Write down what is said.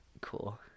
Cool